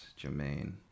Jermaine